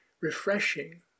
refreshing